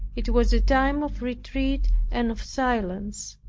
it was a time of retreat and of silence.